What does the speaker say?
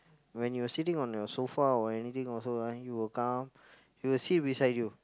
when you're sitting on your sofa or anything also ah he will come he will sit beside you